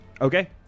Okay